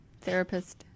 therapist